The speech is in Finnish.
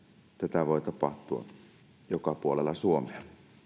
tätä voi tapahtua joka puolella suomea